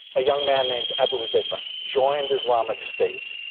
a young man named abu huzaifa joined islamic state,